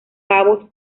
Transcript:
pavos